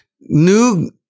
new